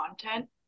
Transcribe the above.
content